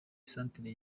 centre